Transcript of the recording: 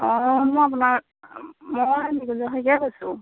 অঁ মই আপোনাক মই নিকুঞ্জ শইকীয়াই কৈছোঁ